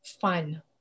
fun